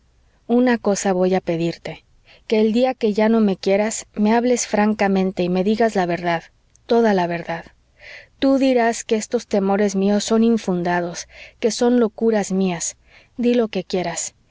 una cosa voy a pedirte que el día que ya no me quieras me hables francamente y me digas la verdad toda la verdad tú dirás que estos temores míos son infundados que son locuras mías dí lo que quieras